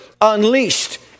unleashed